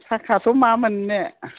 थाखायाथ' मा मोननो